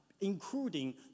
including